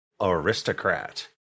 aristocrat